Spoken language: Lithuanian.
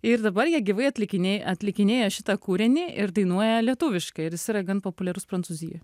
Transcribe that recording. ir dabar jie gyvai atlikinė atlikinėja šitą kūrinį ir dainuoja lietuviškai ir jis yra gan populiarus prancūzijoj